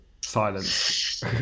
silence